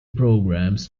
programs